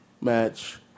match